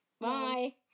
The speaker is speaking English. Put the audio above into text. bye